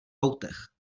autech